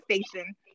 station